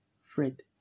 Fred